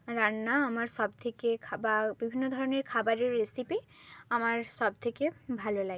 রান্না আমার সব থেকে বা বিভিন্ন ধরনের খাবারের রেসিপি আমার সব থেকে ভালো লাগে